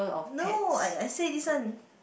no I I say this one